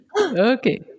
Okay